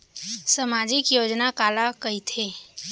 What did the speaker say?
सामाजिक योजना काला कहिथे?